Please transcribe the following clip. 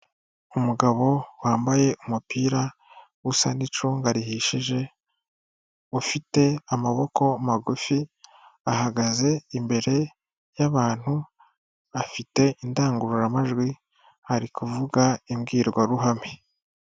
Umugabo wambaye umupira usa n'icunga rihishije, ufite amaboko magufi, ahagaze imbere y'abantu, afite indangururamajwi arikuvuga imbwirwaruhame.